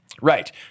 Right